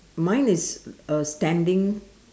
mine is uh standing